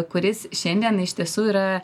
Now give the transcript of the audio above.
kuris šiandien iš tiesų yra